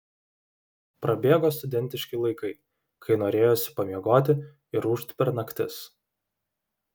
prabėgo studentiški laikai kai norėjosi pamiegoti ir ūžt per naktis